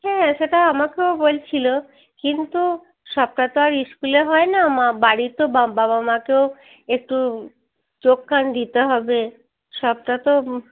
হ্যাঁ সেটা আমাকেও বলছিলো কিন্তু সবটা তো আর স্কুলে হয় না মা বাড়িতেও তো বাবা মাকেও একটু চোখ কান দিতে হবে সবটা তো